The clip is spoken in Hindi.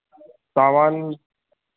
सामान